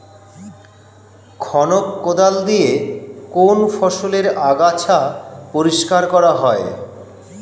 খনক কোদাল দিয়ে কোন ফসলের আগাছা পরিষ্কার করা হয়?